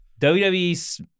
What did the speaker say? WWE